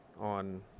on